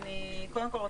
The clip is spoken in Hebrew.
קודם כל,